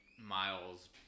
miles